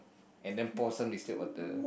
and then pour some distilled water